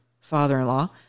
father-in-law